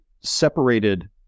separated